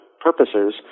purposes